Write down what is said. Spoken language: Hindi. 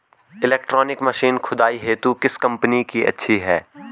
इलेक्ट्रॉनिक मशीन खुदाई हेतु किस कंपनी की अच्छी है?